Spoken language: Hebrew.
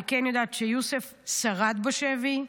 אני כן יודעת שיוסף שרד בשבי,